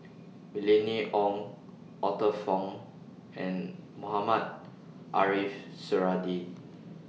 Mylene Ong Arthur Fong and Mohamed Ariff Suradi